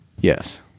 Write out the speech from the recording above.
Yes